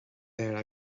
mhéara